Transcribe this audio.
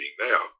now